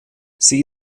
sie